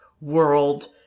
world